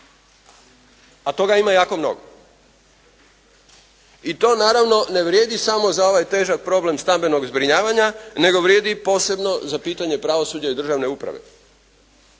A toga ima jako mnogo. I to naravno ne vrijedi samo za ovaj težak problem stambenog zbrinjavanja nego vrijedi i posebno za pitanje pravosuđa i državne uprave.